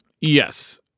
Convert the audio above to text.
Yes